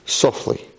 softly